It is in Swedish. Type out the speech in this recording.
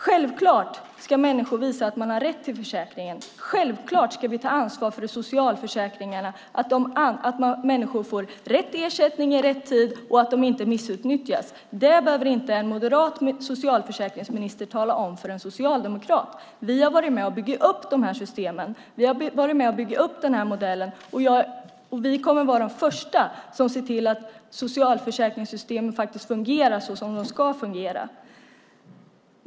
Självklart ska människor visa att de har rätt till försäkringen. Självklart ska vi ta ansvar för socialförsäkringarna så att människor får rätt ersättning i rätt tid och för att försäkringarna inte missbrukas. Det behöver inte en moderat socialförsäkringsminister tala om för en socialdemokrat. Vi har varit med och byggt upp de här systemen. Vi har varit med och byggt upp den här modellen. Vi kommer att vara de första att se till att socialförsäkringssystemen fungerar som de ska fungera.